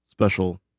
special